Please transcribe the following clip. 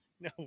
no